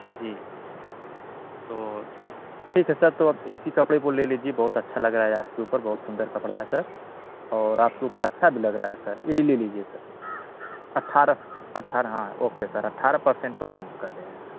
जी तो ठीक है सर तो आप इसी कपड़े को ले लीजिए बहुत अच्छा लग रहा है आपके ऊपर बहुत सुंदर कपड़ा है सर और आपके ऊपर अच्छा भी लग रहा है सर यही ले लीजिए सर अट्ठारह अट्ठारह हाँ ओके सर अट्ठारह परसेंट पर हम कर दे रहे हैं सर